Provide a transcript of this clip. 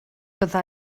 bydda